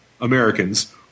Americans